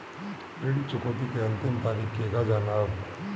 ऋण चुकौती के अंतिम तारीख केगा जानब?